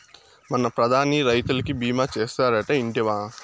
మన ప్రధాని రైతులకి భీమా చేస్తాడటా, ఇంటివా